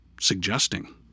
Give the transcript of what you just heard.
suggesting